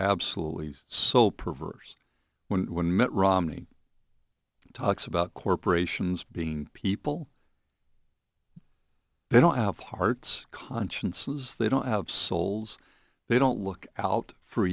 absolutely so perverse when when mitt romney talks about corporations being people they don't have hearts conscience as they don't have souls they don't look out for